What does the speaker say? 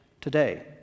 today